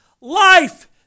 Life